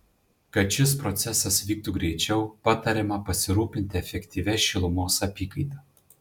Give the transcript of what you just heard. kad šis procesas vyktų greičiau patariama pasirūpinti efektyvia šilumos apykaita